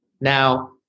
now